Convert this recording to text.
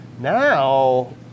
Now